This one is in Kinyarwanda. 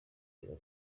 riri